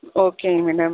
ஓகேங்க மேடம்